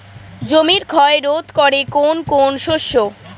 জমির ক্ষয় রোধ করে কোন কোন শস্য?